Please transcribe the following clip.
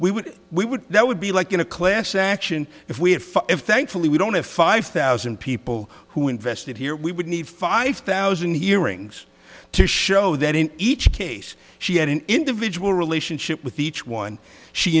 would we would that would be like in a class action if we had fully we don't have five thousand people who invested here we would need five thousand hearings to show that in each case she had an individual relationship with each one she